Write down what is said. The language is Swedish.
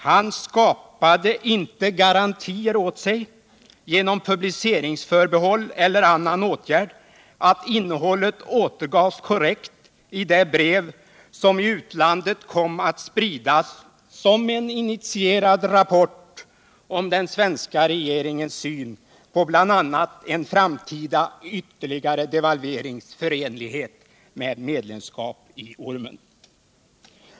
Han skapade inte garantier — genom publiceringsförbehåll eller annan åtgärd — för att innehållet återgavs korrekt i det brev som i utlandet kom att spridas som en initierad rapport om den svenska regeringens syn på bl.a. en framtida ytterligare devalverings förenlighet med medlemskap i ormen.